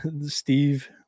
Steve